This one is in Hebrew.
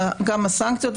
גם הסנקציות.